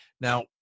Now